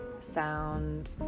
sound